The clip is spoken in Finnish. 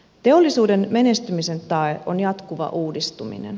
teollisuuden menestymisen tae on jatkuva uudistuminen